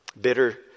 Bitter